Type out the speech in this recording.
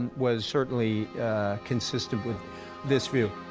and was certainly consistent with this view